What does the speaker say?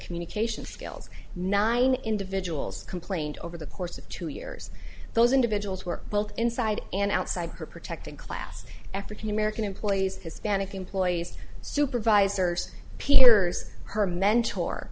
communication skills nine individuals complained over the course of two years those individuals were both inside and outside her protected class african american employees hispanic employees supervisors peers her mentor